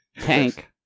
tank